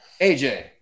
AJ